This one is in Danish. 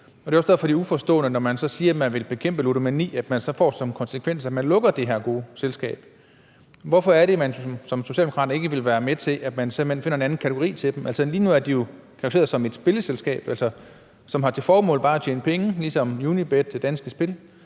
det er også derfor, det er uforståeligt, at man, når man så siger, man vil bekæmpe ludomani, får som konsekvens, at man lukker det her gode selskab. Hvorfor er det, man som socialdemokrat ikke vil være med til, at man simpelt hen finder en anden kategori til dem? Altså, lige nu er de jo klassificeret som et spilleselskab, som har til formål bare at tjene penge, ligesom Unibet og Danske Spil.